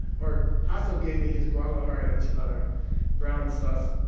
or jasso gave me his guadalajara enchilada brown sauce.